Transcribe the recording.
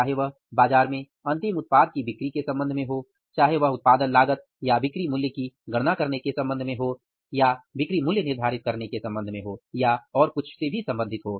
चाहे वह बाजार में अंतिम उत्पाद की बिक्री के संबंध में हो चाहे वह उत्पादन लागत या बिक्री मूल्य की गणना करने के संबंध में हो या बिक्री मूल्य निर्धारित करने के संबंध में हो या और कुछ भी हो